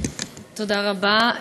תודה רבה.